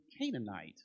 Canaanite